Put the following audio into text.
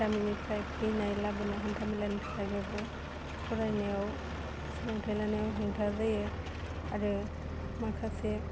गामिनिफ्राय फैनाय लाबोनाय हान्था मेलानि थाखायबाबो फरायनायाव सोलोंथाइ लानायाव हेंथा जायो आरो माखासे